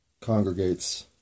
congregates